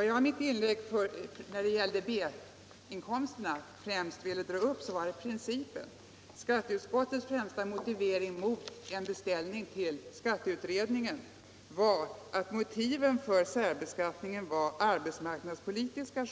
Herr talman! När det gällde B-inkomsten ville jag i mitt anförande främst ta upp principen. Skatteutskottets tyngsta argument mot en beställning till skatteutredningen var att motiven för en särbeskattning var arbetsmarknadspolitiska